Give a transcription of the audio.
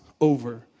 over